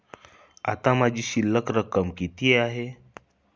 आता माझी शिल्लक रक्कम किती आहे?